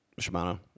Shimano